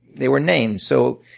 they were named. so